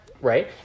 Right